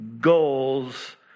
Goals